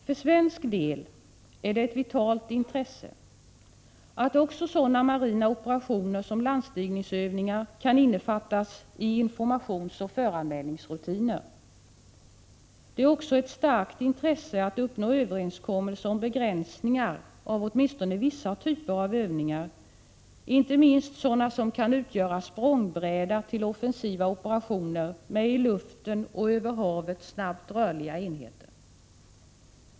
För svensk del är det ett vitalt intresse att också sådana marina operationer som landstigningsövningar kan innefattas i informationsoch föranmälningsrutiner. Det är också ett starkt intresse att uppnå överenskommelser om begränsningar av åtminstone vissa typer av övningar, inte minst sådana som kan utgöra språngbräda till offensiva operationer med i luften och över havet snabbt rörliga enheter.